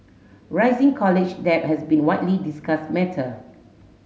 rising college debt has been widely discussed matter